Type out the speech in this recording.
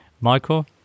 Michael